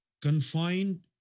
confined